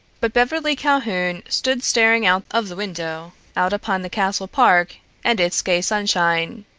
but beverly calhoun stood staring out of the window, out upon the castle park and its gay sunshine.